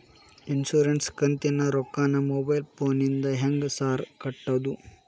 Insurance ಕಂತಿನ ರೊಕ್ಕನಾ mobile ಫೋನಿಂದ ಹೆಂಗ್ ಸಾರ್ ಕಟ್ಟದು?